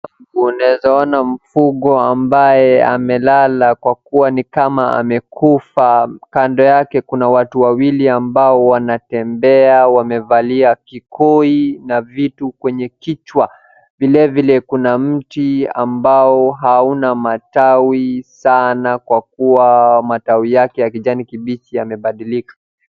Unaeza ona mfugo ambaye amelala kwa kuwa nikama amekufa, kando yake kuna watu wawili ambao wanatembea wamevalia kikoi na vitu kwenye kichwa. Vilevile kuna mti ambao hauna matawi sana kwa kuwa matawi yake ya kijani kibichi yamebadilika.